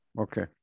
Okay